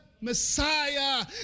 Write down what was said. Messiah